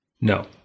No